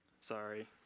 Sorry